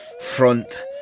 front